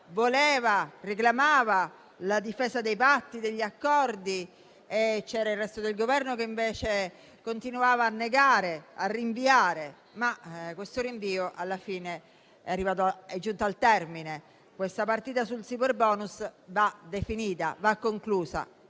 Italia reclamava la difesa dei patti e degli accordi e il resto del Governo, invece, continuava a negare e rinviare. Questo rinvio alla fine è giunto al termine. Questa partita sul superbonus va definita e conclusa,